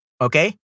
Okay